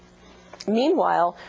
meanwhile,